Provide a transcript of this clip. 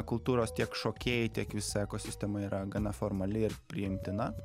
kultūros tiek šokėjai tiek visa ekosistema yra gana formali ir priimtina